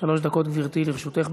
שלוש דקות, גברתי, לרשותך.